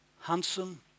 handsome